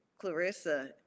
clarissa